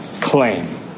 claim